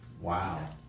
Wow